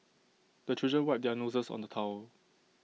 the children wipe their noses on the towel